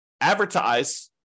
advertise